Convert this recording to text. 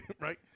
Right